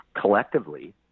collectively